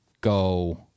go